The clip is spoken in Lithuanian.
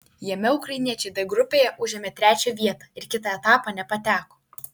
jame ukrainiečiai d grupėje užėmė trečią vietą ir kitą etapą nepateko